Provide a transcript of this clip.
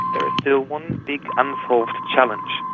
there is still one big unsolved challenge,